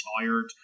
tired